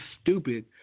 stupid